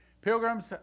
Pilgrims